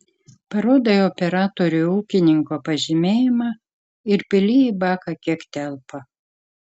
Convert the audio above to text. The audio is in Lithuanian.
parodai operatoriui ūkininko pažymėjimą ir pili į baką kiek telpa